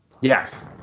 yes